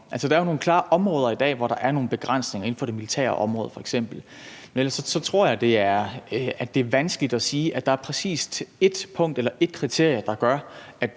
er i dag nogle klare områder, hvor der er nogle begrænsninger. Det er f.eks. inden for det militære område. Men ellers tror jeg, at det er vanskeligt at sige, at det præcis er et kriterie, der gør,